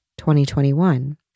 2021